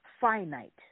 finite